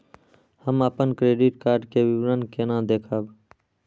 हम अपन credit card के विवरण केना देखब?